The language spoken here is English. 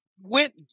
went